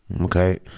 Okay